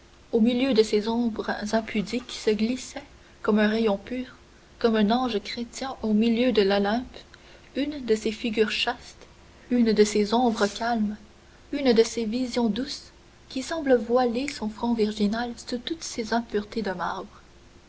au milieu de ces ombres impudiques se glissait comme un rayon pur comme un ange chrétien au milieu de l'olympe une de ces figures chastes une de ces ombres calmes une de ces visions douces qui semblait voiler son front virginal sous toutes ces impuretés de marbre